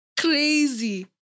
crazy